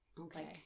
Okay